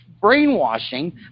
brainwashing